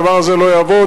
הדבר הזה לא יעבוד.